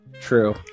True